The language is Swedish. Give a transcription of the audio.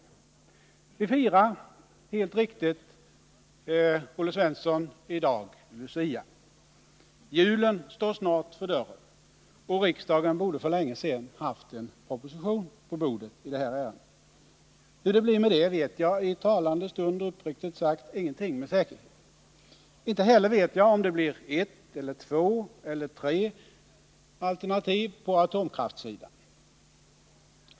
Det är helt riktigt, Olle Svensson, att vi i dag firar Lucia. Julen står snart för dörren. Och riksdagen borde för länge sedan ha haft en proposition på sitt bord i det här ärendet. Hur det blir med detta vet jag i talande stund uppriktigt sagt ingenting om med säkerhet. Inte heller vet jag om det blir ett eller två eller tre alternativ på atomkraftssidan.